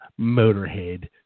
Motorhead